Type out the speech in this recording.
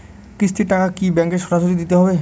কিস্তির টাকা কি ব্যাঙ্কে সরাসরি দিতে হবে?